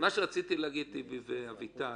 טיבי ואביטל,